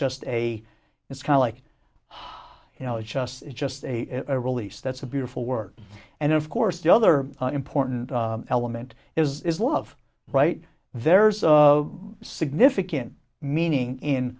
just a it's kind of like you know it's just it's just a release that's a beautiful work and of course the other important element is love right there's a significant meaning in